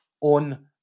on